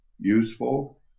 useful